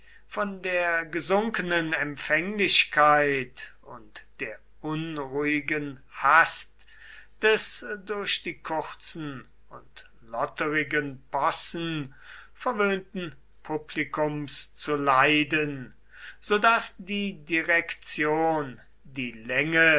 von der gesunkenen empfänglichkeit und der unruhigen hast des durch die kurzen und lotterigen possen verwöhnten publikums zu leiden so daß die direktion die länge